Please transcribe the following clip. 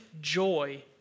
joy